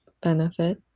benefit